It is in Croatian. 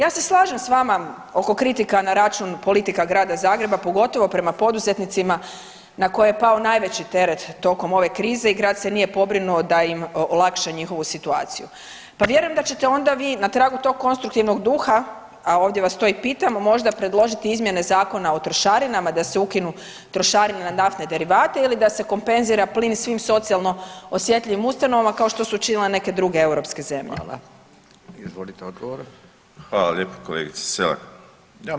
Ja se slažem s vama oko kritika na račun politika Grada Zagreba pogotovo prema poduzetnicima na koje je pao najveći teret tokom ove krize i grad se nije pobrinuo da im olakša njihovu situaciju, pa vjerujem da ćete onda vi na tragu tog konstruktivnog duha, a ovdje vas to i pitamo, možda predložiti izmjene Zakona o trošarinama da se ukinu trošarine na naftne derivate ili da se kompenzira plin svim socijalno osjetljivim ustanovama kao što su učinile neke druge europske zemlje.